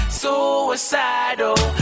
suicidal